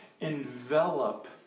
envelop